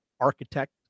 architect